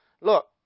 look